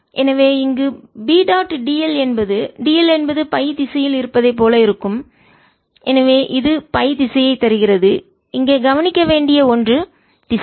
எனவே இங்கு B dot dl என்பது dl என்பது பை திசையில் இருப்பதைப் போல இருக்கும் எனவே இது பை திசையைத் தருகிறது இங்கே கவனிக்க வேண்டிய ஒன்று திசை